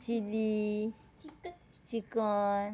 chilly chicken